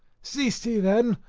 ceased he then,